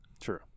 True